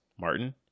Martin